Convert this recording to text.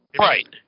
Right